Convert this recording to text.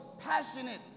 passionate